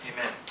Amen